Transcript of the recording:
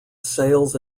sales